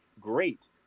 great